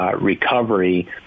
Recovery